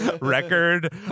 record